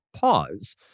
pause